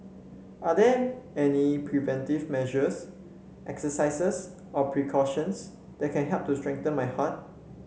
are there any preventive measures exercises or precautions that can help to strengthen my heart